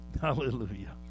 Hallelujah